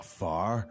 far